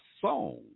song